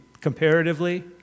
comparatively